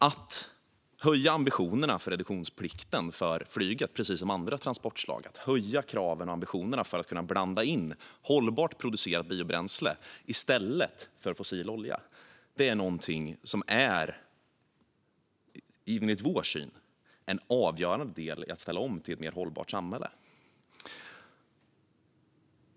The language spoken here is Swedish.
Att höja ambitionerna för reduktionsplikten för flyget precis som för andra transportslag, det vill säga att höja kraven och ambitionerna för att kunna blanda in hållbart producerat biobränsle i stället för fossil olja, är enligt vår syn en avgörande del i att ställa om till ett mer hållbart samhälle.